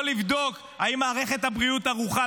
לא לבדוק אם מערכת הבריאות ערוכה,